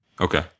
Okay